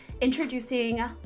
Introducing